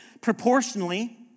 proportionally